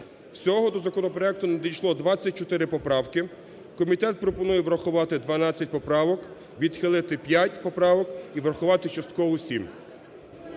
Всього до законопроекту надійшло 24 поправки. Комітет пропонує врахувати 12 поправок, відхилити 5 поправок і врахувати частково 7.